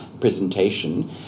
presentation